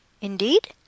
Indeed